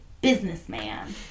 businessman